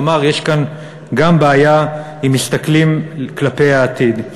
כלומר, יש כאן גם בעיה אם מסתכלים כלפי העתיד.